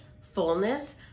fullness